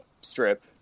strip